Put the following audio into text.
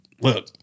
look